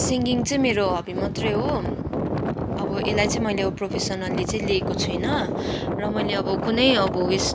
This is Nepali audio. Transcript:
सिङ्गिङ चाहिँ मेरो हबी मात्रै हो अब यसलाई चाहिँ मैले अब प्रोफेसनली लिएको छुइनँ र मैले अब कुनै अब उइस